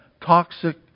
toxic